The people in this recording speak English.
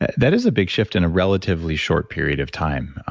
that is a big shift in a relatively short period of time.